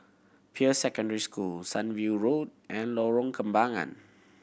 Peirce Secondary School Sunview Road and Lorong Kembangan